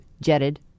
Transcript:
Jetted